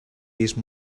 vist